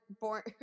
born